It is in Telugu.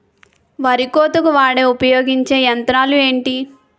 వరి కోతకు వాడే ఉపయోగించే యంత్రాలు ఏంటి?